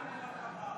(קוראת בשמות חברי הכנסת)